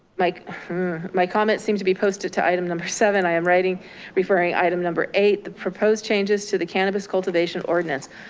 like my comment seems to be posted to item number seven, i am writing referring item number eight, the proposed changes to the cannabis cultivation ordinance.